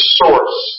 source